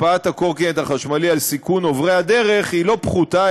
השפעת הקורקינט החשמלי על סיכון עוברי הדרך היא לא פחותה,